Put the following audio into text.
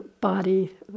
body